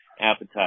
appetite